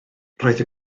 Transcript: roedd